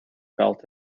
felt